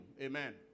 Amen